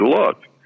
look